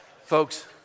Folks